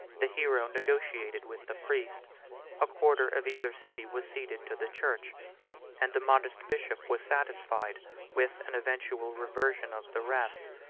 the hero negotiated with the priest a quarter of either city was ceded to the church and the modest bishop was satisfied with an eventual reversion of the rest,